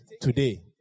today